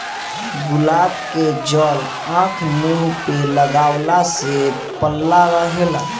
गुलाब के जल आँख, मुंह पे लगवला से पल्ला रहेला